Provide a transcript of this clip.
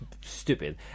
stupid